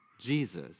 Jesus